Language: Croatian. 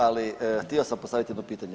Ali htio sam postaviti jedno pitanje.